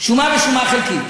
שומה ושומה חלקית,